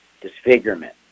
disfigurement